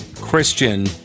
Christian